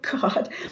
God